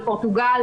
בפורטוגל,